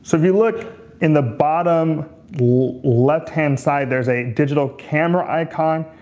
so if you look in the bottom left-hand side, there's a digital camera icon.